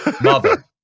Mother